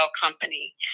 company